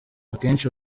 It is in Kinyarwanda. akenshi